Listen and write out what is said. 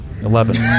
Eleven